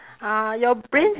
uh your brain s~